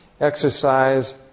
Exercise